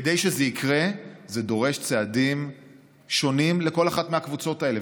כדי שזה יקרה זה דורש צעדים שונים לכל אחת מהקבוצות האלה,